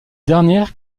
dernières